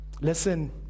Listen